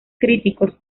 críticos